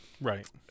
right